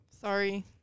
Sorry